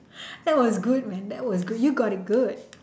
that was good man that was good you got it good